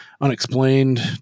unexplained